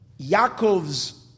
Yaakov's